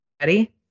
ready